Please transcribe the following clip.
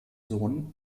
sohn